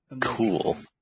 cool